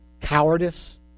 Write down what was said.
cowardice